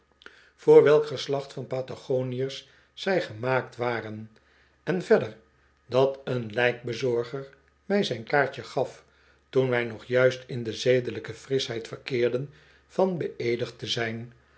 voor welk geslacht van patagoniörs zij gemaakt waren en verder dat een lijkbezorger mij zijn kaartje gaf toen wij nog juist in de zedelijke frischheid verkeerden van beeedigd te zijn